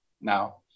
now